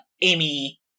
Amy